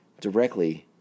directly